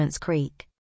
Creek